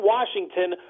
Washington